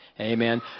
Amen